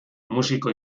músico